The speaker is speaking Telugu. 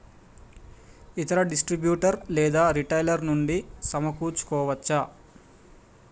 ఇతర డిస్ట్రిబ్యూటర్ లేదా రిటైలర్ నుండి సమకూర్చుకోవచ్చా?